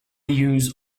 use